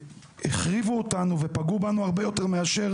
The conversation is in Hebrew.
שהחריבו אותנו ופגעו בנו הרבה יותר מאשר